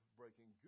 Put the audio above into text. breaking